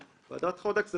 ועדת חודק זו